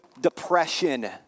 depression